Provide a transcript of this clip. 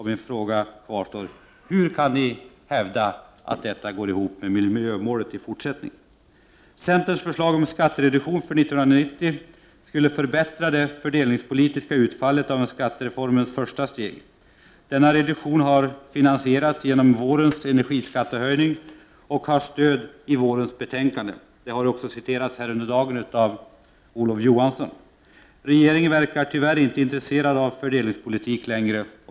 Min fråga kvarstår: Hur kan ni hävda att detta går ihop med miljömålet i fortsättningen? Centerns förslag om en skattereduktion för 1990 skulle förbättra det fördelningspolitiska utfallet av skattereformens första steg. Denna reduktion har finansierats genom vårens energiskattehöjning och har stöd i vårens betänkande. Det har också citerats under dagen av Olof Johansson. Regeringen verkar tyvärr inte intresserad av fördelningspolitik längre.